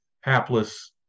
hapless